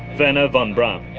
wernher von braun,